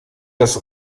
das